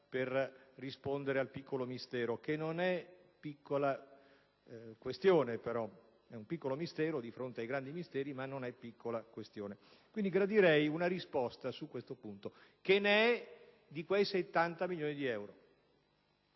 per rispondere al piccolo mistero che, però, non è piccola questione: è un piccolo mistero di fronte a quelli grandi, ma non è piccola questione. Gradirei quindi una risposta su questo punto: che ne è di quei 70 milioni di euro?